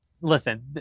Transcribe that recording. listen